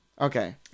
Okay